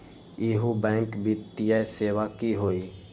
इहु बैंक वित्तीय सेवा की होई?